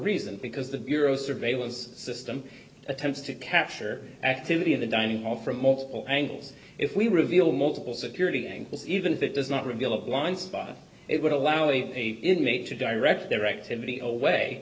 reason because the bureau surveillance system attempts to capture activity in the dining hall from multiple angles if we reveal multiple security angles even if it does not reveal a blind spot it would allow a inmate to direct their activity away